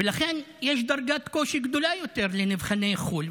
ולכן יש דרגת קושי גדולה יותר לנבחני חו"ל.